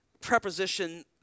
preposition